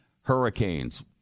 hurricanes